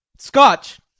scotch